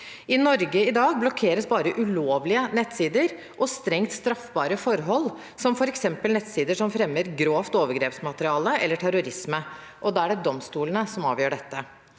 I Norge i dag blokkeres bare ulovlige nettsider og strengt straffbare forhold, som f.eks. nettsider som fremmer grovt overgrepsmateriale eller terrorisme, og da er det domstolene som avgjør dette.